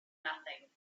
nothing